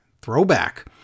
Throwback